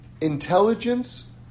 intelligence